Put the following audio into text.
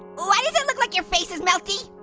why does it look like your face is melty?